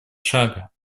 шага